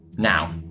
Now